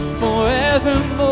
forevermore